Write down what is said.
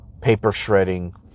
paper-shredding